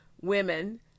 women